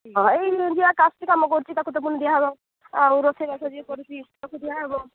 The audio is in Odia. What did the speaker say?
ଏଇ ଚାଷୀ କାମ କରୁଛି ତାକୁ ତ ପୁଣି ଦିଆହବ ଆଉ ରୋଷେଇ ବାସ ଯିଏ କରୁଛି ତାକୁ ଦିଆହବ